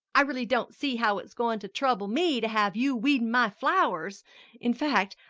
i really don't see how it's goin' to trouble me to have you weedin' my flowers in fact,